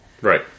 Right